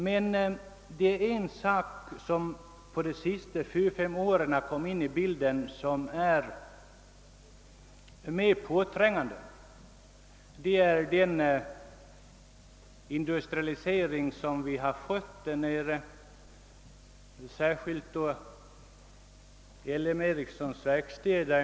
Men en sak har kommit in i bilden under de senaste fyra, fem åren som är mera påträngande, nämligen de industrier som har lokaliserats till Got land, särskilt då LM Ericssons verkstäder.